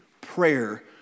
prayer